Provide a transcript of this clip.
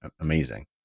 amazing